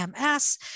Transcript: MS